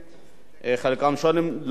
חלקם לא נמצאים כאן.